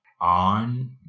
on